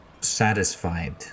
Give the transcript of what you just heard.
satisfied